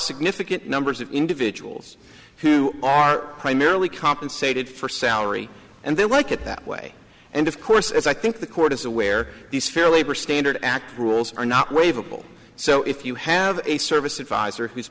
significant numbers of individuals who are primarily compensated for salary and their work at that way and of course as i think the court is aware these fair labor standards act rules are not waiver people so if you have a service advisor who's